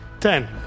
Ten